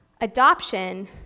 adoption